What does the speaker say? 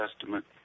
Testament